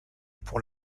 pour